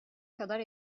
kadar